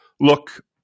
look